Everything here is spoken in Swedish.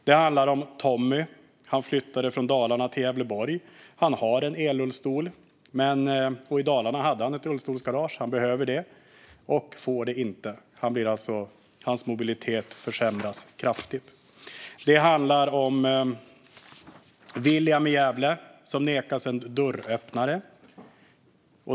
Det handlar vidare om Tommy som flyttade från Dalarna till Gävleborg. Han har en elrullstol, och i Dalarna hade han ett rullstolsgarage. Han behöver ett sådant, men får inget. Hans mobilitet försämras kraftigt. Det handlar också om William i Gävle som nekas en dörröppnare.